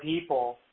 people